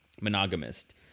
monogamist